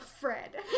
Fred